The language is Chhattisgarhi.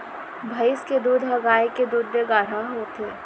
भईंस के दूद ह गाय के दूद ले गाढ़ा होथे